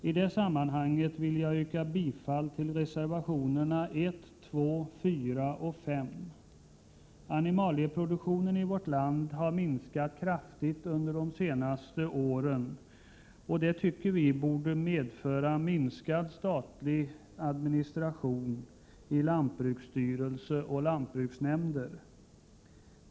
I det sammanhanget vill jag yrka bifall till reservationerna 1, 2, 4 och 5. Animalieproduktionen i vårt land har minskat kraftigt under de senaste åren, och det tycker vi borde medföra minskad statlig administration i lantbruksstyrelse och lantbruksnämnder.